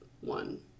one